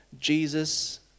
jesus